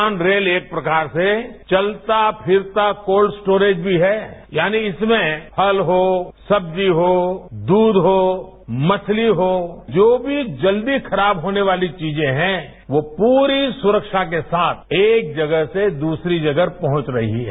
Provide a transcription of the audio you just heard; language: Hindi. किसान रेल एक प्रकार से चलता छिरता कोल्ड स्टोरेज भी है यानी इसमें फल हो सब्जी हो दूध हो मछली हो जो भी जल्द ही खराब होने वाली चीजें हैं वो पूरी सुरक्षा के साथ एक जगह से दूसरी जगह पहुंच रही है